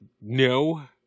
no